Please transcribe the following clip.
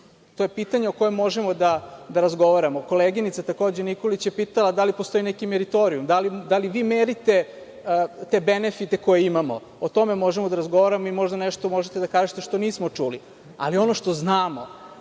To je pitanje o kojem možemo da razgovaramo. Koleginica Nikolić je pitala da li postoji neki meritorijum, da li vi merite te benefite koje imamo? O tome možemo da razgovaramo i možda možete nešto da kažete što nismo čuli. Ono što znamo